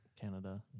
Canada